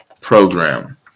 program